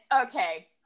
Okay